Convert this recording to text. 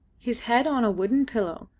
his head on a wooden pillow,